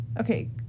Okay